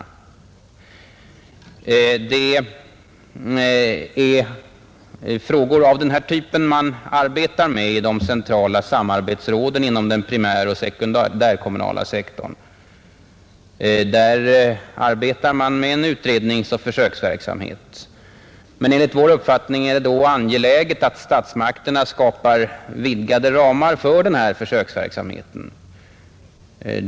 Det är frågor av den här typen man arbetar med i de centrala samarbetsråden inom den primäroch sekundärkommunala sektorn. Där pågår en utredningsoch försöksverksamhet. Men enligt vår uppfattning är det då angeläget att statsmakterna skapar vidgade ramar för denna försöksverksamhet.